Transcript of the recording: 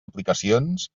aplicacions